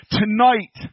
tonight